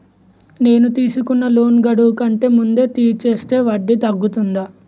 నేను తీసుకున్న లోన్ గడువు కంటే ముందే తీర్చేస్తే వడ్డీ తగ్గుతుందా?